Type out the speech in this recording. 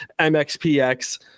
mxpx